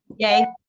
yay.